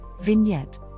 vignette